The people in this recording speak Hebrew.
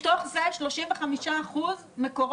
זה כולל החלטות ממשלה שכבר